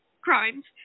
crimes